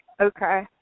Okay